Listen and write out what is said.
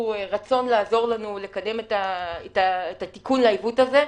רצון לעזור לנו לקדם את התיקון לעיוות הזה.